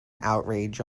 outrage